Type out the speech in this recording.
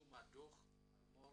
יישום דו"ח פלמור,